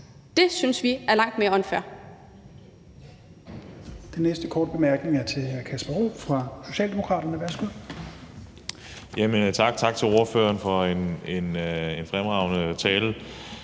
Det synes vi er langt mere unfair.